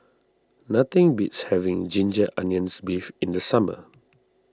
nothing beats having Ginger Onions Beef in the summer